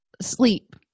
sleep